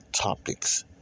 topics